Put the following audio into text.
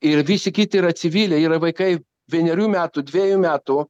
ir visi kiti yra civiliai yra vaikai vienerių metų dvejų metų